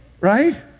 right